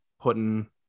putting